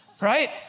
Right